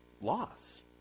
Loss